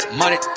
money